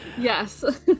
yes